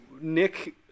Nick